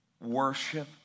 worship